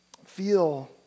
Feel